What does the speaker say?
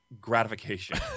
gratification